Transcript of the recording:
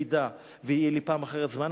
אם יהיה לי פעם אחרת זמן,